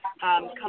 come